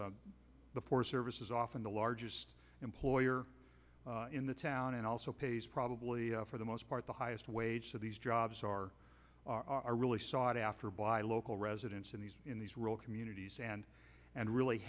the forest service is often the largest employer in the town and also pays probably for the most part the highest wage so these jobs are are really sought after by local residents in these in these rural communities and and really